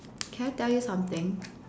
can I tell you something